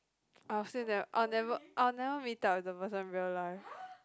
I will still ne~ I will never I will never meet up with the person real life